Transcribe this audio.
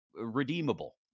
redeemable